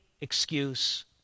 excuse